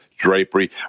drapery